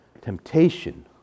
Temptation